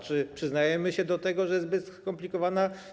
Czy przyznajemy się do tego, że jest to zbyt skomplikowane?